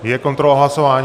Je kontrola hlasování?